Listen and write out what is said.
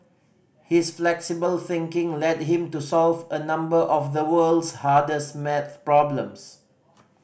his flexible thinking led him to solve a number of the world's hardest Maths problems